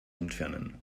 entfernen